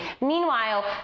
meanwhile